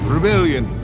Rebellion